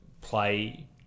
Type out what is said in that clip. play